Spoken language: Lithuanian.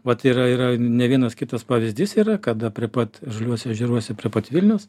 vat yra yra ne vienas kitas pavyzdys yra kada prie pat žaliuose ežeruose prie pat vilniauss